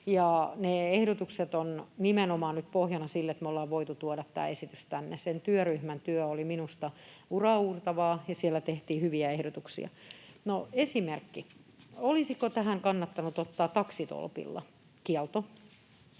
nimenomaan nyt pohjana sille, että me ollaan voitu tuoda tämä esitys tänne. Sen työryhmän työ oli minusta uraauurtavaa, ja siellä tehtiin hyviä ehdotuksia. No, esimerkki: Olisiko tähän kannattanut ottaa tupakointikielto